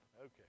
Okay